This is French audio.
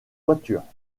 voiture